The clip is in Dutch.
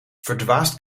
verdwaasd